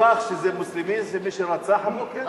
הוכח שזה מוסלמי, מי שרצח הבוקר?